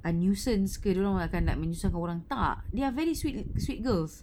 a nuisance ke dia orang akan menyusahkan orang tak they are very sweet sweet girls